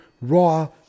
Raw